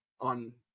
on